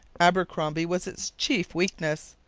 abercromby, was its chief weakness.